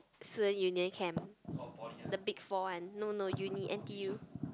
student union camp the big four one no no uni N_T_U